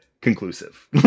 conclusive